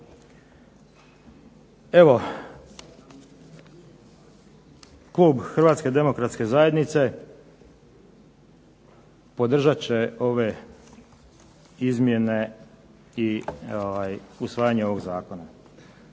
Evo, klub Hrvatske demokratske zajednice podržat će ove izmjene i usvajanje ovog zakona.